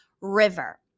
river